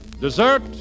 Dessert